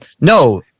no